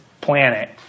planet